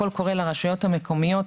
שקול הקורא לרשויות המקומיות,